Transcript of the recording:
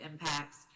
impacts